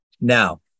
Now